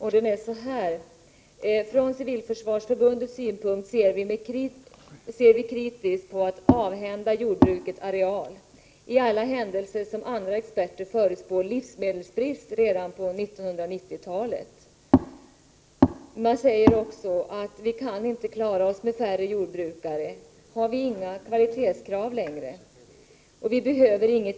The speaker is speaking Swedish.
Citatet lyder: ”Från Civilförsvarsförbundets synpunkt ser vi kritiskt på att avhända jordbruket areal — i alla händelser som andra experter förutspår livsmedelsbrist redan på 1990-talet.”